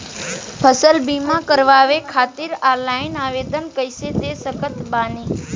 फसल बीमा करवाए खातिर ऑनलाइन आवेदन कइसे दे सकत बानी?